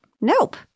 Nope